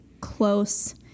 close